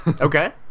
Okay